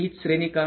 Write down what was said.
हीच श्रेणी का